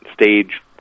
stage